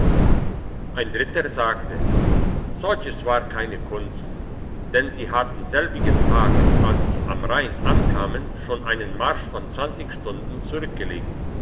ein dritter sagte solches war keine kunst denn sie hatten selbigen tag als sie am rhein ankamen schon einen marsch von stunden zurückgelegt